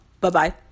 Bye-bye